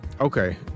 okay